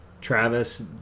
Travis